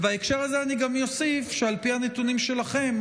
ובהקשר הזה אני גם אוסיף שעל פי הנתונים שלכם,